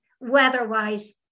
weather-wise